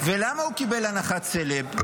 ולמה הוא קיבל הנחת סלב?